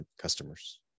customers